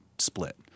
split